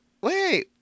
wait